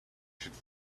should